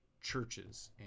churches